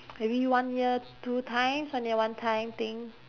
every one year two times one year one time thing